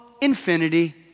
infinity